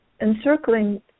encircling